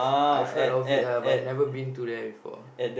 I've heard of it ah but I've never been to there before